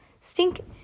Stink